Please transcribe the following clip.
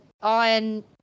on